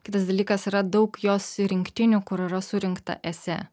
kitas dalykas yra daug jos rinktinių kur yra surinkta esė